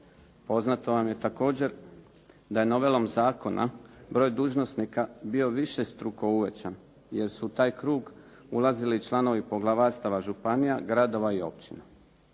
Poznato vam je također da je novelom zakona broj dužnosnika bio višestruko uvećan, jer su u taj krug ulazili i članovi poglavarstava županija, gradova i općina.